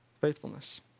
Faithfulness